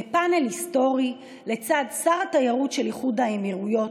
בפאנל היסטורי לצד שר התיירות של איחוד האמירויות